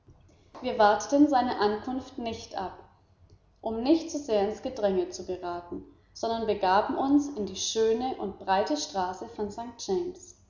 wir warteten seine ankunft nicht ab um nicht zu sehr ins gedränge zu geraten sondern begaben uns in die schöne und breite straße von st